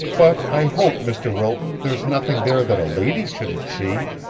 but i hope, mr. wilton, there's nothing there that a lady shouldn't see.